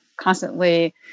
constantly